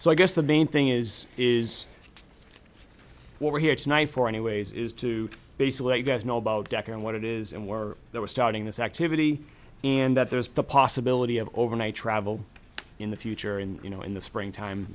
so i guess the main thing is is what we're here tonight for anyways is to basically you guys know about decker and what it is and we're there we're starting this activity and that there's the possibility of overnight travel in the future and you know in the